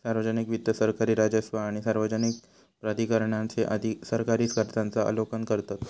सार्वजनिक वित्त सरकारी राजस्व आणि सार्वजनिक प्राधिकरणांचे सरकारी खर्चांचा आलोकन करतत